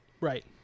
Right